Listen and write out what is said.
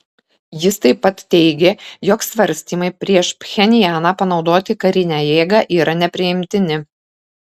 jis taip pat teigė jog svarstymai prieš pchenjaną panaudoti karinę jėgą yra nepriimtini